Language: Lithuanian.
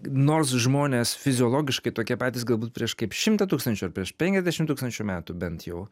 nors žmonės fiziologiškai tokie patys galbūt prieš kaip šimtą tūkstančių ar prieš penkiasdešimt tūkstančių metų bent jau